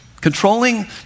Controlling